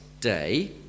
day